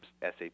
SAP